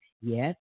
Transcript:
yes